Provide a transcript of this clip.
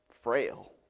frail